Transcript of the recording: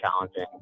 challenging